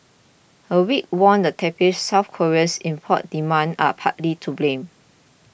a weak won and tepid South Koreans import demand are partly to blame